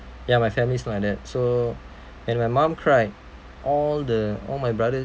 ya my family is not like that so when my mum cried all the all my brothers